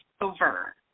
over